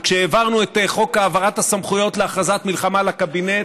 כשהעברנו את חוק העברת הסמכויות להכרזת מלחמה לקבינט,